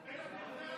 השרה.